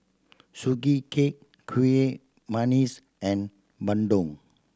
Sugee Cake kuih and bandung